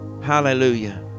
Hallelujah